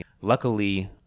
luckily